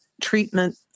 treatment